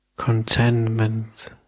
contentment